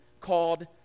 called